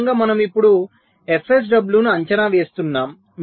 ఈ విధంగా మనము ఇప్పుడు fSW ను అంచనా వేస్తున్నాము